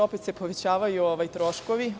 Opet se povećavaju troškovi.